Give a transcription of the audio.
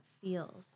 feels